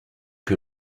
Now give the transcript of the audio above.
que